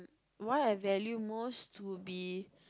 what I value most would be